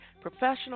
professional